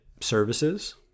services